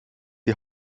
die